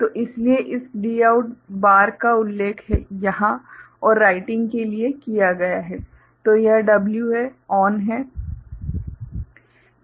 तो इसीलिए इस Dout बार का उल्लेख यहाँ और राइटिंग के लिए किया गया है तो यह w है ON है